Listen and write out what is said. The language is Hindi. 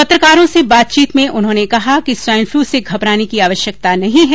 पत्रकारों से बातचीत में उन्होंने कहा कि स्वाइनफ्लू से घबराने की आवश्यकता नहीं है